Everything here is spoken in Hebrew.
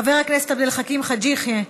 חבר הכנסת עבד אל חכים חאג' יחיא,